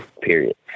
Period